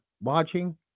watching